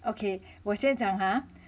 okay 我先讲 !huh!